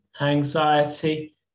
anxiety